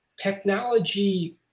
technology